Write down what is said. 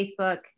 Facebook